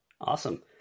Awesome